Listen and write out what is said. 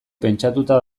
pentsatuta